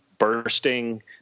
bursting